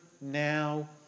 now